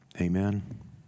amen